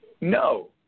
No